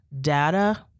data